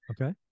Okay